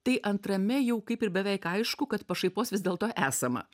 tai antrame jau kaip ir beveik aišku kad pašaipos vis dėlto esama